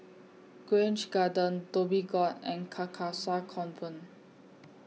Grange Garden Dhoby Ghaut and Carcasa Convent